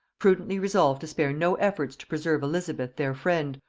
prudently resolved to spare no efforts to preserve elizabeth their friend,